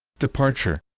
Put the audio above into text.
departure